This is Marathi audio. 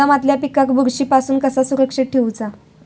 गोदामातल्या पिकाक बुरशी पासून कसा सुरक्षित ठेऊचा?